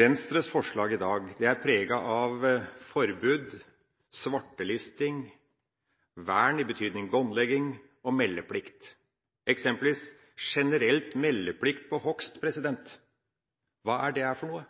Venstres forslag i dag er preget av forbud, svartelisting, vern i betydning båndlegging og meldeplikt – eksempelvis generell meldeplikt på hogst. Hva er det for noe?